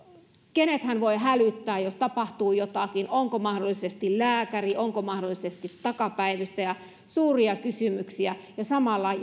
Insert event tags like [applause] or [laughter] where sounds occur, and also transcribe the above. kenet hän voi hälyttää jos tapahtuu jotakin onko mahdollisesti lääkäri onko mahdollisesti takapäivystäjä suuria kysymyksiä ja samalla [unintelligible]